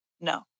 No